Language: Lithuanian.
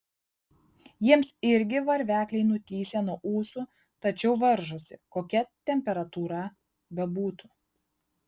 jiems irgi varvekliai nutįsę nuo ūsų tačiau varžosi kokia temperatūra bebūtų